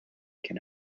can